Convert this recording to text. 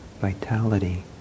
vitality